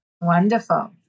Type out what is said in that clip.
Wonderful